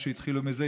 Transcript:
שהתחילו בזה,